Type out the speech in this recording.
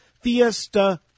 fiesta